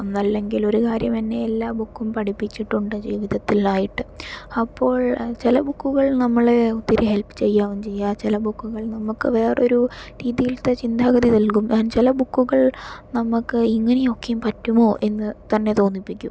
ഒന്നല്ലെങ്കിൽ ഒരു കാര്യം എന്നെ എല്ലാ ബുക്കും പഠിപ്പിച്ചിട്ടുണ്ട് ജീവിതത്തിലായിട്ട് അപ്പോൾ ചില ബുക്കുകൾ നമ്മളെ ഒത്തിരി ഹെല്പ് ചെയ്യുകയാണ് ചെയ്യ ചില ബുക്കുകൾ നമുക്ക് വേറൊരു രീതിയിലത്തെ ചിന്താഗതി നൽകും ചില ബുക്കുകൾ നമുക്ക് ഇങ്ങനെയൊക്കെ പറ്റുമോ എന്ന് തന്നെ തോന്നിപ്പിക്കും